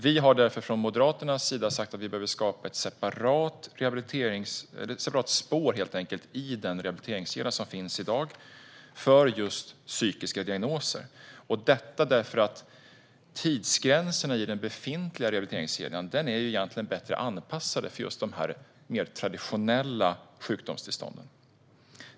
Därför har vi från Moderaterna sagt att vi helt enkelt behöver skapa ett separat spår i den rehabiliteringskedja som finns i dag för just psykiska diagnoser därför att tidsgränserna i den befintliga rehabiliteringskedjan egentligen är bättre anpassade för de mer traditionella sjukdomstillstånden.